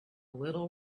little